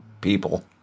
People